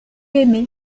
aimé